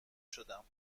شدم